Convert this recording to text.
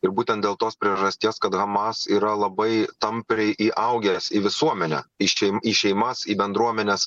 ir būtent dėl tos priežasties kad hamas yra labai tampriai įaugęs į visuomenę į šei į šeimas į bendruomenes